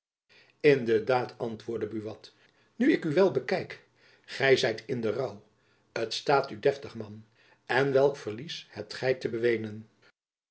in de daad antwoordde buat nu ik u wel bekijk gy zijt in den rouw t staat u deftig man en welk verlies hebt gy te beweenen